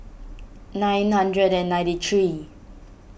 nine hundred and ninety three